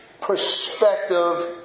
perspective